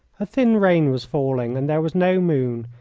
a thin rain was falling and there was no moon,